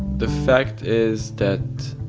the fact is that